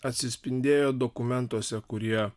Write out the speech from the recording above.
atsispindėjo dokumentuose kurie